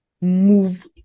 move